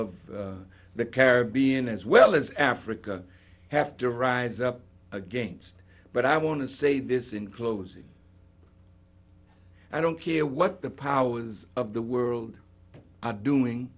of the caribbean as well as africa have to rise up against but i want to say this in closing i don't care what the powers of the world i doing